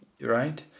Right